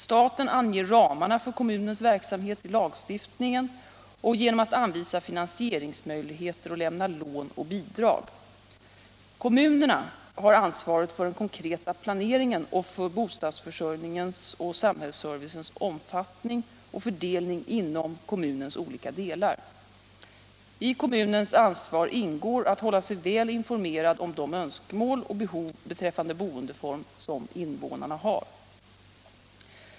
Staten anger ramarna för kommunens verksamhet i lagstiftningen och genom att anvisa finansieringsmöjligheter och lämna lån och bidrag. Kommunerna har ansvaret för den konkreta planeringen och för bostadsförsörjningens och samhällsservicens omfattning och fördelning inom kommunens olika delar. I kommunens ansvar ingår att hålla sig väl informerad om de önskemål och behov beträffande boendeform som invånarna har.